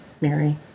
Mary